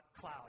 cloud